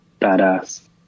badass